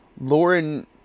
Lauren